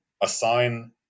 assign